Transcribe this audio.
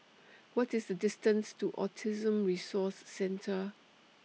What IS The distance to Autism Resource Centre